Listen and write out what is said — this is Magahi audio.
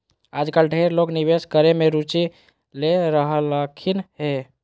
आजकल ढेर लोग निवेश करे मे रुचि ले रहलखिन हें